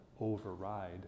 override